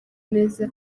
neza